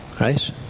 Right